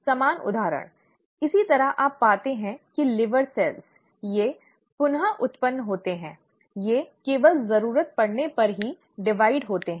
समान उदाहरण इसी तरह आप पाते हैं कि यकृत कोशिकाएं ये पुन उत्पन्न होती हैं वे केवल जरूरत पड़ने पर विभाजित होती हैं